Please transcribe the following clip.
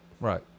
Right